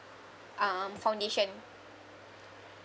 um foundation